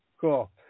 cool